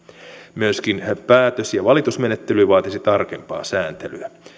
myöskin päätös ja valitusmenettely vaatisi tarkempaa sääntelyä